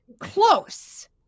Close